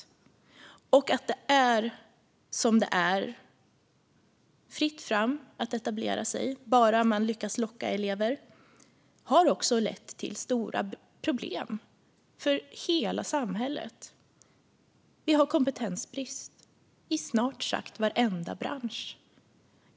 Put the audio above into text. Det är som det är: Det är fritt fram att etablera sig bara man lyckas locka elever, och det har lett till stora problem för hela samhället. Det råder kompetensbrist i snart sagt varenda bransch.